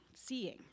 seeing